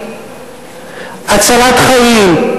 הצלת חיים,